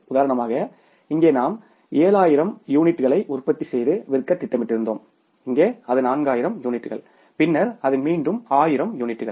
உதாரணமாக இங்கே நாம் 7 ஆயிரம் அலகுகளை உற்பத்தி செய்து விற்க திட்டமிட்டிருந்தோம் இங்கே அது 4 ஆயிரம் அலகுகள் பின்னர் அது மீண்டும் 4 ஆயிரம் அலகுகள்